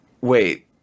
Wait